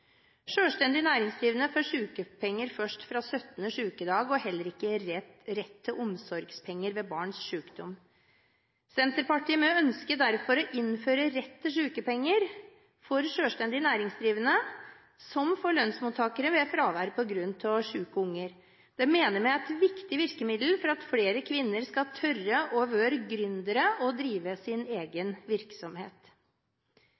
Selvstendig næringsdrivende får sykepenger først fra 17. sykedag og har heller ikke rett til omsorgspenger ved barns sykdom. Senterpartiet ønsker derfor å innføre rett til sykepenger for selvstendig næringsdrivende, som for lønnsmottakere, ved fravær på grunn av syke unger. Vi mener det er et viktig virkemiddel for at flere kvinner skal tørre å være gründere og å drive sin